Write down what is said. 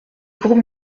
groupes